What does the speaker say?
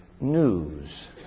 news